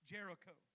Jericho